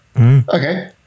okay